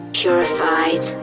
purified